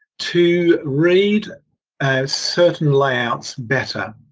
to read certain layouts better